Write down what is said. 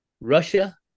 Russia